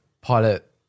pilot